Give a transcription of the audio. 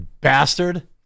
Bastard